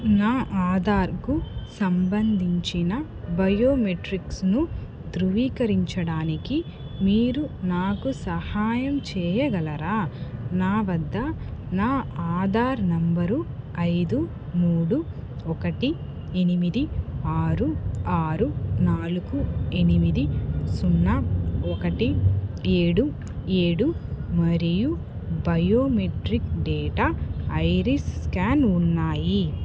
నా ఆధార్కు సంబంధించిన బయోమెట్రిక్స్ను ధృవీకరించడానికి మీరు నాకు సహాయం చెయ్యగలరా నా వద్ద నా ఆధార్ నంబరు ఐదు మూడు ఒకటి ఎనిమిది ఆరు ఆరు నాలుగు ఎనిమిది సున్నా ఒకటి ఏడు ఏడు మరియు బయోమెట్రిక్ డేటా ఐరిస్ స్కాన్ ఉన్నాయి